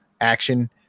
action